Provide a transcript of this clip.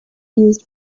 used